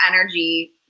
energy